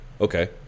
Okay